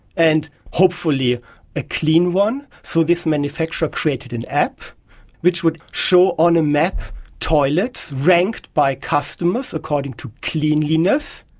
and hopefully a clean one. so this manufacturer created an app which would show on a map toilets ranked by customers according to cleanliness,